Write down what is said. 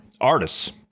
Artists